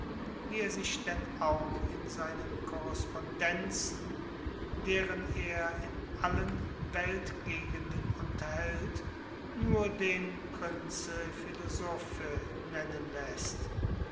wie er sich denn auch in seinen korrespondenzen deren er in allen weltgegenden unterhält nur den prince philosophe nennen läßt